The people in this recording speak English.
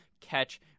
catch